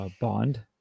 bond